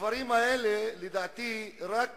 הדברים האלה, לדעתי, רק